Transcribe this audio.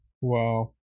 Wow